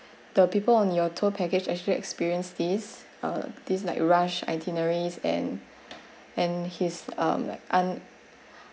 the people on your tour package actually experienced this uh this like rush itineraries and and his um like un~